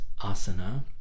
asana